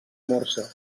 morse